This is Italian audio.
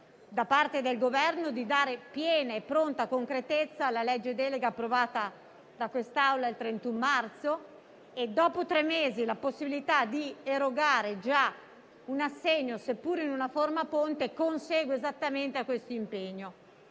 assunto, per dare piena e pronta concretezza alla legge delega approvata dal Senato il 31 marzo e, dopo tre mesi, la possibilità di erogare già un assegno, seppure in una forma ponte, consegue esattamente a tale impegno.